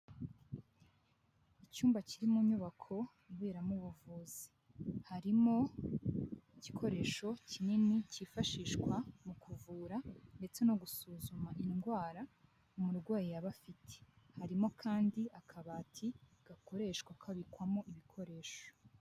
Icyumba kiri mu nyubako iberamo ubuvuzi, harimo igikoresho kinini cyifashishwa mu kuvura ndetse no gusuzuma indwara umurwayi yaba afite, harimo kandi akabati gakoreshwa kabikwamo ibikoresho.